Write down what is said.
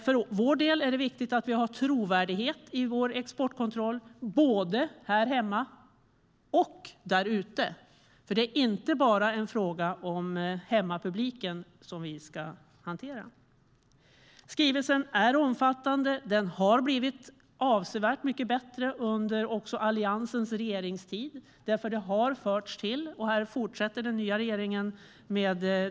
För vår del är det viktigt att vi har trovärdighet i vår exportkontroll både här hemma och där ute, för det är inte bara en fråga om hemmapubliken som vi ska hantera. Skrivelsen är omfattande. Den blev avsevärt bättre under Alliansens regeringstid för att saker fördes till, och det fortsätter den nya regeringen med.